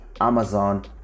amazon